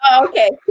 okay